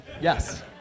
Yes